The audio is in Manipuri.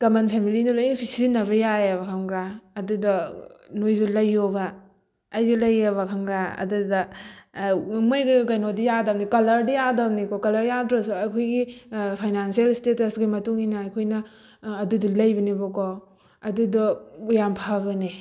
ꯀꯃꯟ ꯐꯦꯃꯤꯂꯤꯅ ꯂꯣꯏꯅꯃꯛ ꯁꯤꯖꯤꯟꯅꯕ ꯌꯥꯏꯌꯦꯕꯕ ꯈꯪꯕ꯭ꯔꯥ ꯑꯗꯨꯗꯣ ꯅꯣꯏꯁꯨ ꯂꯩꯌꯣꯕ ꯑꯩꯗꯤ ꯂꯩꯌꯦꯕ ꯈꯪꯕ꯭ꯔꯥ ꯑꯗꯨꯗ ꯃꯣꯏ ꯀꯩꯅꯣꯗꯤ ꯌꯥꯗꯝꯅꯦ ꯀꯂꯔꯗꯤ ꯌꯥꯗꯕꯅꯤꯀꯣ ꯀꯂꯔ ꯌꯥꯗ꯭ꯔꯁꯨ ꯑꯩꯈꯣꯏꯒꯤ ꯐꯩꯅꯥꯟꯁꯤꯌꯜ ꯏꯁꯇꯦꯇꯁꯀꯤ ꯃꯇꯨꯡꯏꯟꯅ ꯑꯩꯈꯣꯏꯅ ꯑꯗꯨꯗꯣ ꯂꯩꯕꯅꯦꯀꯣ ꯑꯗꯨꯗꯣ ꯌꯥꯝ ꯐꯕꯅꯦ